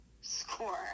score